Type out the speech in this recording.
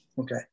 Okay